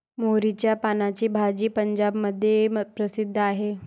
मोहरीच्या पानाची भाजी पंजाबमध्ये प्रसिद्ध आहे